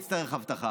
מי יצטרך אבטחה.